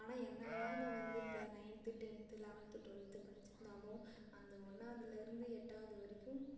ஆனால் என்னதான் நான் வந்து பிள நைன்த்து டென்த்து லெவன்த்து டுவெல்த்து படித்திருந்தாலும் அந்த ஒன்றாவதுலேருந்து எட்டாவது வரைக்கும்